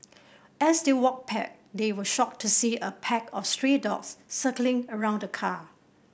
as they walked pack they were shocked to see a pack of stray dogs circling around the car